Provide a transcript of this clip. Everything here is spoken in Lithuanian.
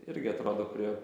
irgi atrodo prie